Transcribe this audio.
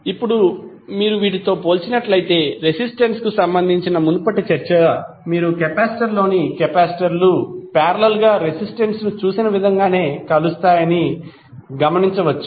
ఇప్పుడు మీరు వీటితో పోల్చినట్లయితే రెసిస్టెన్స్ కు సంబంధించిన మునుపటి చర్చ మీరు సిరీస్లోని కెపాసిటర్లు పారేలల్ గా రెసిస్టెన్స్ ను చూసిన విధంగానే కలుస్తాయని మీరు గమనించవచ్చు